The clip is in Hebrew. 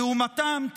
לעומתם,